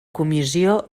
comissió